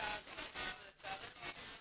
לצערי הרב ולצערנו הרב,